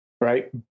right